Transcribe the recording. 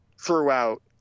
throughout